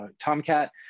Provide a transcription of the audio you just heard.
Tomcat